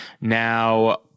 Now